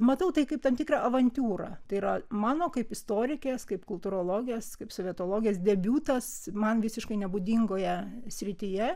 matau tai kaip tam tikrą avantiūrą tai yra mano kaip istorikės kaip kultūrologės kaip sovietologės debiutas man visiškai nebūdingoje srityje